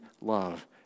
love